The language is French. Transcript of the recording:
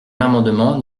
l’amendement